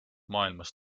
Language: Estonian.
maailmas